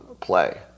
play